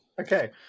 Okay